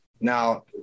now